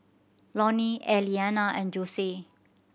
Lorne Eliana and Jose